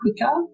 quicker